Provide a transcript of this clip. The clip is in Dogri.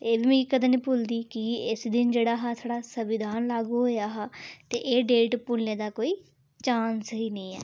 एह् बी मिगी कदें निं भुलदी इस दिन जेह्ड़ा हा साढ़ा संविधान लागू होएआ हा ते एह् डेट भुल्लने दा कोई चांस गै निं ऐ